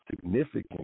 significant